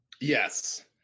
Yes